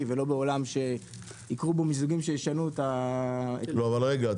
ולא בעולם שיקרו בו מיזוגים שישנו את --- אבל רגע,